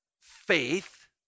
faith